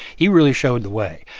he really showed the way,